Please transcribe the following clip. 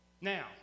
Now